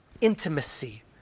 intimacy